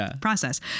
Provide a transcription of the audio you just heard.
process